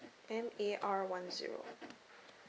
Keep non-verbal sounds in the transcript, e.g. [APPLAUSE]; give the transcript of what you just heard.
M A R one zero [NOISE]